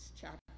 chapter